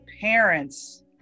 parents